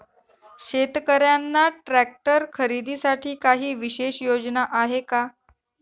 शेतकऱ्यांना ट्रॅक्टर खरीदीसाठी काही विशेष योजना आहे का?